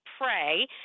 pray